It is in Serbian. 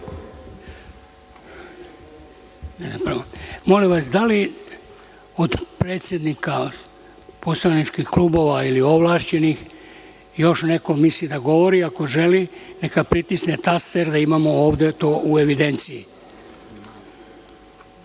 Molim vas, da li od predsednika poslaničkih klubova ili ovlašćenih još neko misli da govori? Ako želi, neka pritisne taster, da imamo to ovde u evidenciji.U